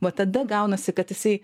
va tada gaunasi kad jisai